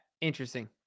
interesting